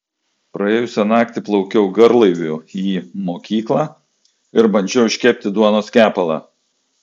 praėjusią naktį plaukiau garlaiviu į mokyklą ir bandžiau iškepti duonos kepalą